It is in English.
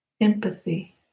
empathy